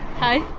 hi!